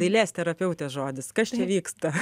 dailės terapeutės žodis kas čia vyksta